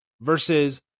versus